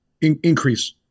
increase